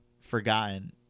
forgotten